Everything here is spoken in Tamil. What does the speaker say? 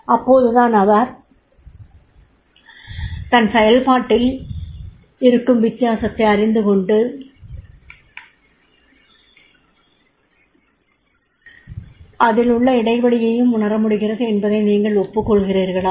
அப்போதுதான் அவர் தன் செயல்பாட்டில் இருக்கும் வித்தியாசத்தை அறிந்துகொண்டு அதில் உள்ள இடைவெளியையும் உணரமுடிகிறது என்பதை நீங்கள் ஒப்புக்கொள்கிறீர்களா